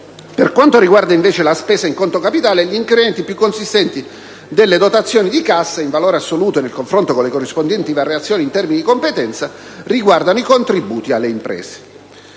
Per quanto riguarda invece la spesa in conto capitale, gli incrementi più consistenti delle dotazioni di cassa (in valore assoluto e nel confronto con le corrispondenti variazioni in termini di competenza) riguardano i contributi alle imprese.